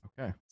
okay